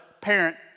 parent